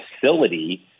facility